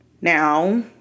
Now